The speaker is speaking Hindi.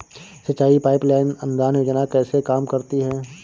सिंचाई पाइप लाइन अनुदान योजना कैसे काम करती है?